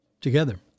Together